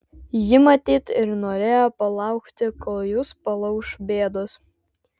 ji matyt ir norėjo palaukti kol jus palauš bėdos